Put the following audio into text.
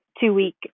two-week